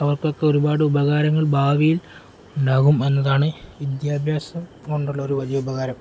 അവർക്കൊക്കെ ഒരുപാട് ഉപകാരങ്ങൾ ഭാവിയിലുണ്ടാകുമെന്നതാണ് വിദ്യാഭ്യാസം കൊണ്ടുള്ള ഒരു വലിയ ഉപകാരം